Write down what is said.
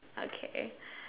okay